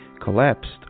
collapsed